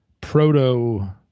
proto-